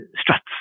struts